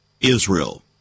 Israel